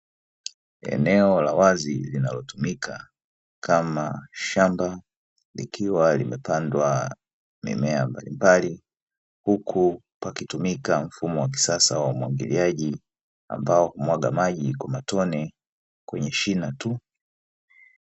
Eneo la wazi linalotumika kama shamba likiwa limepandwa mimea mbalimbali, huku pakitumika mfumo wa kisasa wa umwagiliaji ambao humwaga maji kwa matone kwenye shina tu.